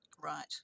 Right